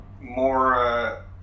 more